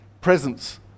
presence